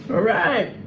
alright!